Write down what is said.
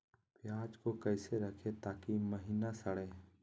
प्याज को कैसे रखे ताकि महिना सड़े?